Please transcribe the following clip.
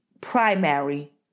primary